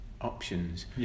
options